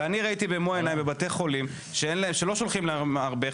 אני ראיתי במו עיניי בבתי חולים שלא שולחים להם הרבה,